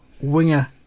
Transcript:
winger